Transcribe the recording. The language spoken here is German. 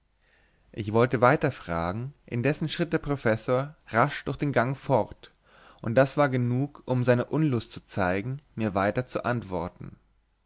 ich wollte weiter fragen indessen schritt der professor rasch durch den gang fort und das war genug um seine unlust zu zeigen mir weiter zu antworten